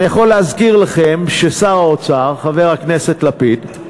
אני יכול להזכיר לכם ששר האוצר, חבר הכנסת לפיד,